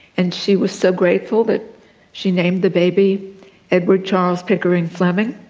and she was so grateful that she named the baby edward charles pickering fleming,